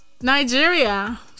Nigeria